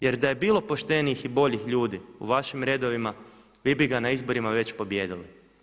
Jer da je bilo poštenijih i boljih ljudi u vašim redovima vi bi ga na izborima već pobijedili.